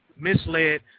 misled